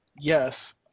Yes